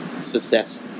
success